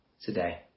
today